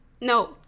no